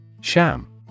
Sham